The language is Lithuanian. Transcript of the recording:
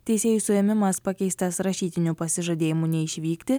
teisėjų suėmimas pakeistas rašytiniu pasižadėjimu neišvykti